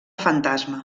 fantasma